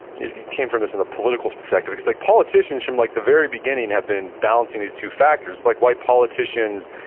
you came from this in the political perspective, because like politicians, from like the very beginning, have been balancing these two factors. like, why politicians,